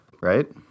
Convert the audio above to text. Right